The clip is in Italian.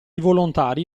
volontari